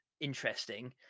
interesting